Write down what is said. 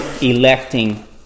electing